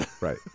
right